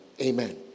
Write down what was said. Amen